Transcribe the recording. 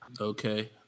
Okay